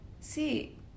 See